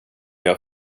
jag